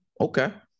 okay